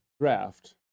draft